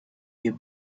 you